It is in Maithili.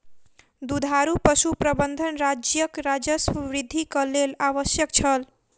दुधारू पशु प्रबंधन राज्यक राजस्व वृद्धिक लेल आवश्यक छल